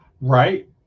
Right